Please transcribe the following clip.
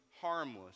harmless